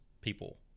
people